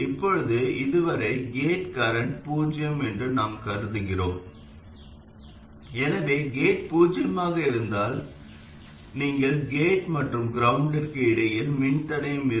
இப்போது இதுவரை gate current பூஜ்ஜியம் என்று நாம் கருதுகிறோம் எனவே கேட் பூஜ்ஜியமாக இருந்தால் நீங்கள் கேட் மற்றும் கிரவுண்டுக்கு இடையில் மின்தடையம் இருந்தாலும் இது பூஜ்ஜிய வோல்ட்டில் இருக்கும்